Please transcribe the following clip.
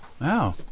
Wow